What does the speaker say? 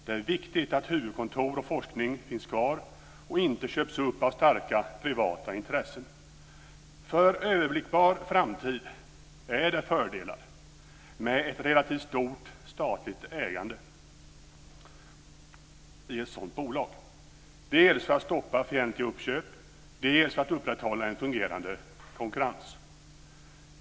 Det är viktigt att huvudkontor och forskning finns kvar och inte köps upp av starka privata intressen. Under en överblickbar framtid är det fördelar med ett relativt stort statligt ägande i ett sådant bolag, dels för att stoppa fientliga uppköp, dels för att upprätthålla en fungerande konkurrens.